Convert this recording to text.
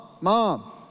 mom